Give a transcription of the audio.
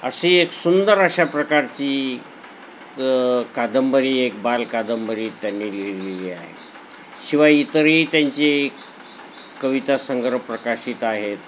अशी एक सुंदर अशा प्रकारची कादंबरी एक बालकादंबरी त्यांनी लिहिलेली आहे शिवाय इतरही त्यांचे कवितासंग्रह प्रकाशित आहेत